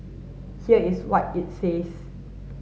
here is what it says